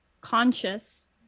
conscious